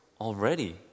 already